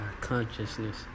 Consciousness